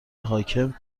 حاکم